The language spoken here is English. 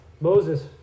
Moses